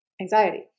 anxiety